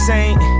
Saint